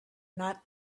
not